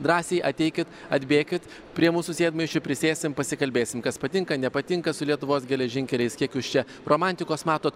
drąsiai ateikit atbėkit prie mūsų sėdmaišių prisėsim pasikalbėsim kas patinka nepatinka su lietuvos geležinkeliais kiek jūs čia romantikos matot